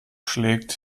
schlägt